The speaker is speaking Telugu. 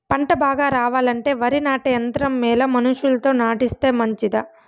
పంట బాగా రావాలంటే వరి నాటే యంత్రం మేలా మనుషులతో నాటిస్తే మంచిదా?